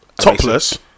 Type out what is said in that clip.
Topless